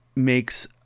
Makes